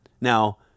Now